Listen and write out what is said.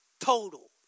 Total